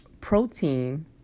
protein